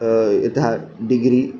यथा डिग्रि